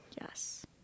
yes